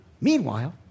Meanwhile